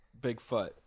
Bigfoot